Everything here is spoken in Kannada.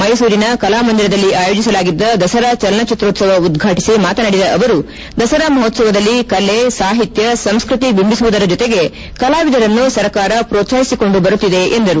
ಮ್ಸೆಸೂರಿನ ಕಲಾಮಂದಿರದಲ್ಲಿ ಆಯೋಜಿಸಲಾಗಿದ್ದ ದಸರಾ ಚಲನಚಿತ್ರೋತ್ಸವ ಉದ್ವಾಟಿಸಿ ಮಾತನಾಡಿದ ಅವರು ದಸರಾ ಮಹೋತ್ಸವದಲ್ಲಿ ಕಲೆ ಸಾಹಿತ್ಯ ಸಂಸ್ಕತಿ ಬಿಂಬಿಸುವುದರ ಜೊತೆಗೆ ಕಲಾವಿದರನ್ನು ಸರ್ಕಾರ ಪ್ರೋತ್ನಾಹಿಸಿಕೊಂಡು ಬರುತ್ತಿದೆ ಎಂದರು